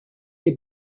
les